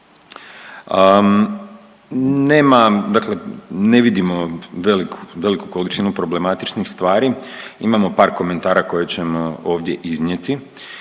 ne vidimo veliku količinu problematičnih stvari, imamo par komentara koje ćemo ovdje iznijeti.